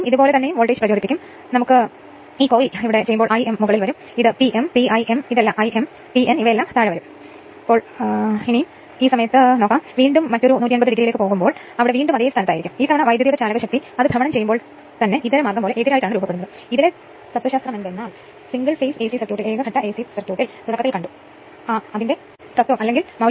ഉയർന്ന voltage winding 230 വോൾട്ടിലാണ് വിതരണം ചെയ്യുന്നതെങ്കിൽ കുറഞ്ഞ വോൾട്ടേജ് വിൻഡിംഗ് ഷോർട്ട് സർക്യൂട്ട് ഉപയോഗിച്ച് കുറഞ്ഞ വോൾട്ടേജിൽ വിൻഡിംഗ് ലെ വൈദ്യുതി ട്രാൻസ്ഫോർമറിലെ ചെമ്പ് നഷ്ടം പവർ ഫാക്ടർ എന്നിവ കണ്ടെത്തുക